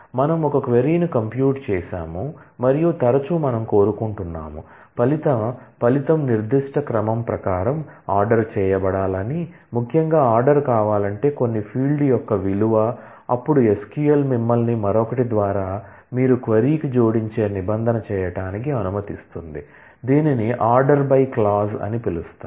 మనం ఒక క్వరీను కంప్యూట్ చేసాము మరియు తరచూ మనం కోరుకుంటున్నాము ఫలితం నిర్దిష్ట క్రమం ప్రకారం ఆర్డర్ చేయబడాలని ముఖ్యంగా ఆర్డర్ కావాలంటే కొన్ని ఫీల్డ్ యొక్క విలువ అప్పుడు SQL మిమ్మల్ని మరొకటి ద్వారా మీరు క్వరీకు జోడించే నిబంధన చేయటానికి అనుమతిస్తుంది దీనిని ఆర్డర్ బై క్లాజ్ అని పిలుస్తారు